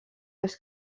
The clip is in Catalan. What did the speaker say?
les